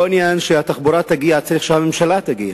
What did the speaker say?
לא עניין שהתחבורה תגיע, צריך שהממשלה תגיע.